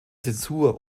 zensur